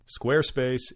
Squarespace